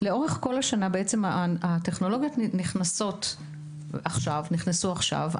בעצם הטכנולוגיות נכנסו עכשיו,